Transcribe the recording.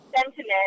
sentiment